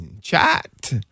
chat